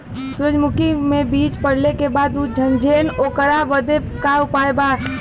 सुरजमुखी मे बीज पड़ले के बाद ऊ झंडेन ओकरा बदे का उपाय बा?